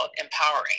empowering